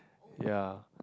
ya